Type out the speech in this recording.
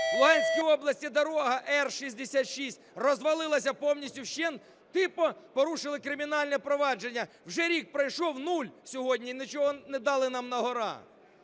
В Луганській області дорога Р-66 розвалилася повністю вщент, типу порушили кримінальне провадження. Вже рік пройшов – нуль сьогодні, нічого не дали нам на-гора.